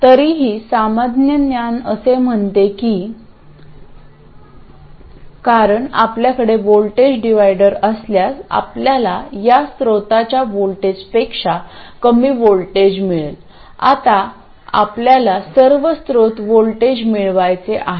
तरीही सामान्य ज्ञान असे म्हणते की कारण आपल्याकडे व्होल्टेज डिव्हायडर असल्यास आपल्याला या स्त्रोताच्या व्होल्टेजपेक्षा कमी व्होल्टेज मिळेल आता आपल्याला सर्व स्त्रोत व्होल्टेज मिळवायचे आहेत